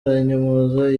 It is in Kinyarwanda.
aranyomoza